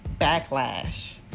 backlash